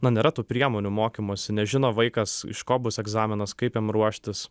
na nėra tų priemonių mokymosi nežino vaikas iš ko bus egzaminas kaip jam ruoštis